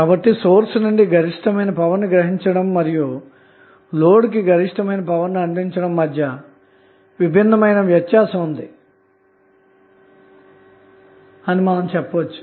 కాబట్టి సోర్స్ నుండి గరిష్టమైన పవర్ ని గ్రహించడం మరియు లోడ్కు గరిష్టమైన పవర్ ని అందించడం మధ్య విభిన్నమైన వ్యత్యాసం ఉంది అని మనం చెప్పవచ్చు